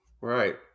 right